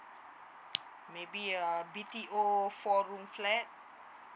maybe a B_T_O four room flat